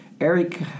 eric